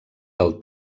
del